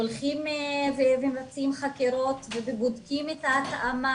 הולכים ומבצעים חקירות ובודקים את ההתאמה.